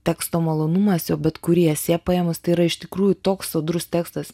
teksto malonumas jo bet kurį esė paėmus tai yra iš tikrųjų toks sodrus tekstas